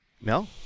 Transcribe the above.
No